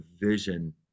vision